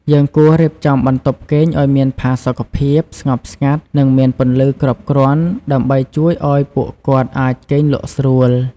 យើងគួររៀបចំបន្ទប់គេងឱ្យមានផាសុកភាព ស្ងប់ស្ងាត់ និងមានពន្លឺគ្រប់គ្រាន់ ដើម្បីជួយឲ្យពួកគាត់អាចគេងលក់ស្រួល។